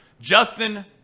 Justin